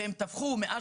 והם תפחו מאז.